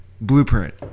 blueprint